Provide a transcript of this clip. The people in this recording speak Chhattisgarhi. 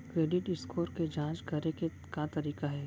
क्रेडिट स्कोर के जाँच करे के का तरीका हे?